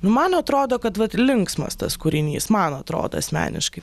man atrodo kad vat linksmas tas kūrinys man atrodo asmeniškai